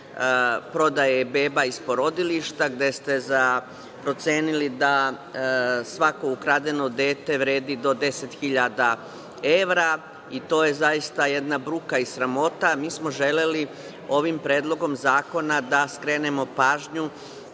prodaje beba iz porodilišta, gde ste procenili da svako ukradeno dete vredi do 10.000 evra i to je jedna bruka i sramota. Mi smo želeli ovim predlogom zakona da skrenemo pažnju